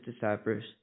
disciples